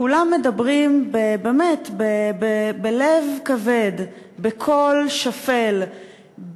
כולם מדברים באמת, בלב כבד, בקול שפל,